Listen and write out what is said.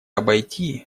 обойти